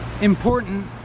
important